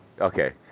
Okay